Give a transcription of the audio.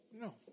No